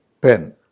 pen